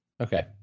okay